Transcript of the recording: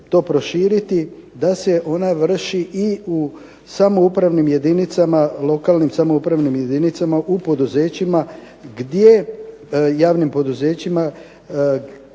da se ona vrši i u samoupravnim jedinicama, lokalnim samoupravnim jedinicama u javnim poduzećima